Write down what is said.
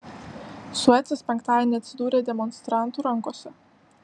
suecas penktadienį atsidūrė demonstrantų rankose